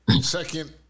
second